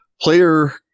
player